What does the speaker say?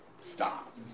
Stop